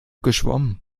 geschwommen